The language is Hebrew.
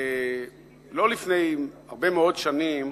לא לפני הרבה מאוד שנים,